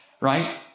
right